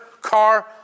car